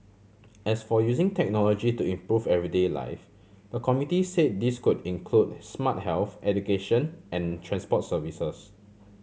as for using technology to improve everyday life the committee say this could include smart health education and transport services